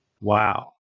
Wow